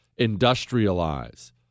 industrialize